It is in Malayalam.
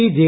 P J